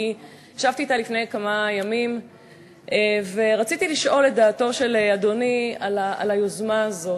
ישבתי אתה לפני כמה ימים ורציתי לשאול את דעתו של אדוני על היוזמה הזאת.